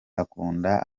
akunda